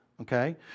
okay